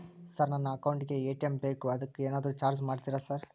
Sir ನನ್ನ account ಗೇ ATM ಬೇಕು ಅದಕ್ಕ ಏನಾದ್ರು ಚಾರ್ಜ್ ಮಾಡ್ತೇರಾ ಸರ್?